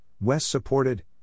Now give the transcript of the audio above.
West-supported